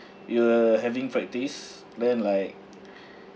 you're having practice then like